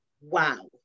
Wow